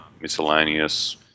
miscellaneous